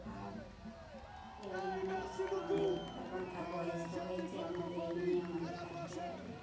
আর এই নিয়ে আমাদের এখন থা বয়স তো হয়েছে আমাদের এই নিয়ে আমাদের থাকতে হবে